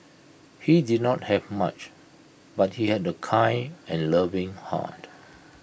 he did not have much but he had A kind and loving heart